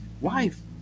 wife